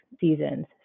seasons